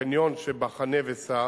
בחניון שב"חנה וסע"